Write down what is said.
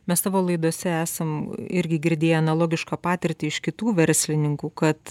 mes savo laidose esam irgi girdėję analogišką patirtį iš kitų verslininkų kad